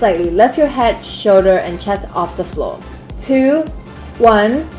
like lift your head shoulder and chest off the floor two one